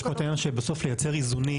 יש פה עניין של בסוף לייצר איזונים.